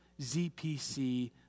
ZPC